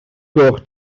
gloch